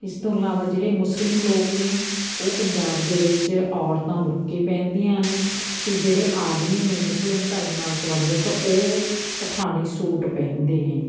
ਇਸ ਤੋਂ ਇਲਾਵਾ ਜਿਹੜੇ ਮੁਸਲਿਮ ਲੋਕ ਨੇ ਉਹ ਪੰਜਾਬ ਦੇ ਵਿੱਚ ਔਰਤਾਂ ਬੁਰਕੇ ਪਹਿਨਦੀਆਂ ਨੇ ਅਤੇ ਜਿਹੜੇ ਆਦਮੀ ਨੇ ਮੁਸਲਿਮ ਧਰਮ ਨਾਲ ਸੰਬੰਧਿਤ ਉਹ ਪਠਾਨੀ ਸੂਟ ਪਹਿਨਦੇ ਨੇ